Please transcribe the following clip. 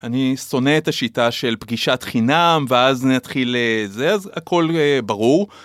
אני שונא את השיטה של פגישת חינם ואז נתחיל ל... זה, אז הכל ברור.